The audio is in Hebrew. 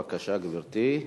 בבקשה, גברתי.